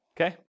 okay